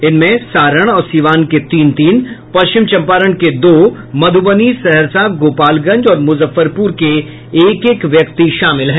इनमें सारण और सिवान के तीन तीन पश्चिम चंपारण के दो मध्रबनी सहरसा गोपालगंज और मुजफ्फरपुर के एक एक व्यक्ति शामिल हैं